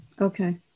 Okay